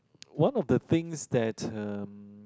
one of the things that um